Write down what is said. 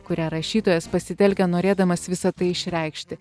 kurią rašytojas pasitelkia norėdamas visa tai išreikšti